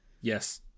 Yes